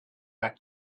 act